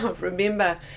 remember